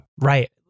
right